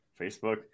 facebook